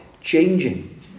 Changing